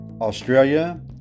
Australia